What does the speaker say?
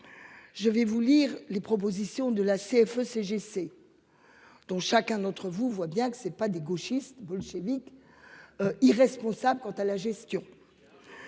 Je vais vous lire les propositions de la CFE-CGC. Dont chacun notre vous voit bien que c'est pas des gauchistes bolchévique. Irresponsable. Quant à la gestion.